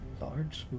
Large